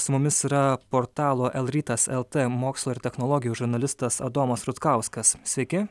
su mumis yra portalo lrytas lt mokslo ir technologijų žurnalistas adomas rutkauskas sveiki